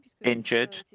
injured